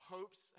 Hopes